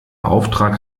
auftrag